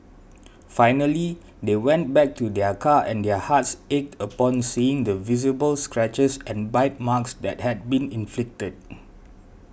finally they went back to their car and their hearts ached upon seeing the visible scratches and bite marks that had been inflicted